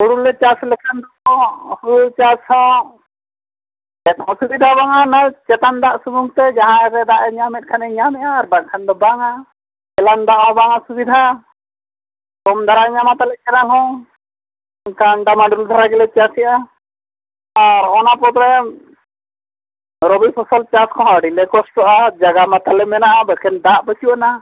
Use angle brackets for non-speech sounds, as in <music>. ᱦᱳᱲᱳ ᱞᱮ ᱪᱟᱥ ᱞᱮᱠᱷᱟᱱ ᱫᱚ ᱦᱳᱲᱳ ᱪᱟᱥ ᱦᱚᱸ ᱪᱮᱫ ᱦᱚᱸ ᱚᱥᱩᱵᱤᱫᱟ ᱵᱟᱝᱟ ᱱᱚᱜᱼᱚᱸᱭ ᱪᱮᱛᱟᱱ ᱫᱟᱜ ᱥᱩᱢᱩᱱᱛᱮ ᱡᱟᱦᱟᱸᱜᱮ ᱫᱟᱜᱮ ᱧᱟᱢᱮᱫ ᱠᱷᱟᱱᱮ ᱧᱟᱢᱮᱜᱼᱟ ᱟᱨ ᱵᱟᱝᱠᱷᱟᱱ ᱫᱚ ᱵᱟᱝᱟ ᱠᱮᱱᱮᱞ ᱫᱟᱜ ᱦᱚᱸ ᱵᱟᱝ ᱚᱥᱩᱵᱤᱫᱟᱜᱼᱟ ᱫᱟᱨᱟᱭ <unintelligible> ᱧᱟᱢᱟ ᱪᱟᱨᱟ ᱦᱚᱸ ᱚᱱᱠᱟ ᱟᱢ ᱫᱟᱢᱟ ᱟᱹᱰᱤ ᱰᱷᱮᱹᱨ ᱫᱷᱟᱨᱟ ᱜᱮᱞᱮ ᱪᱟᱥᱮᱜᱼᱟ ᱟᱨ ᱚᱱᱟ ᱠᱚᱛᱮ ᱨᱚᱵᱤ ᱯᱷᱚᱥᱚᱞ ᱪᱟᱥ ᱠᱚᱛᱮ ᱟᱹᱰᱤ ᱞᱮ ᱠᱚᱥᱴᱚᱜᱼᱟ ᱡᱟᱭᱜᱟ ᱢᱟ ᱛᱟᱞᱮ ᱢᱮᱱᱟᱜᱼᱟ ᱞᱤᱠᱷᱟᱹᱱ ᱫᱟᱜ ᱵᱟᱹᱪᱩᱜ ᱟᱱᱟ